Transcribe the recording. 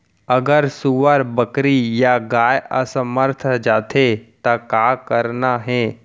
अगर सुअर, बकरी या गाय असमर्थ जाथे ता का करना हे?